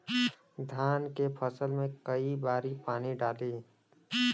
धान के फसल मे कई बारी पानी डाली?